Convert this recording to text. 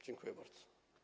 Dziękuję bardzo.